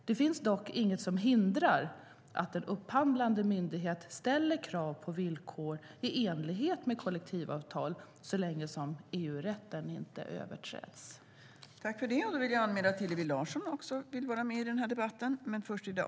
Det finns dock inget som hindrar att en upphandlande myndighet ställer krav på villkor i enlighet med kollektivavtal, så länge EU-rätten inte överträds.